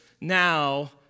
now